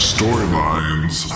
Storylines